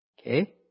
Okay